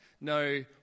no